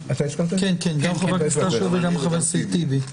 גם חבר הכנסת אשר וגם חבר הכנסת טיבי.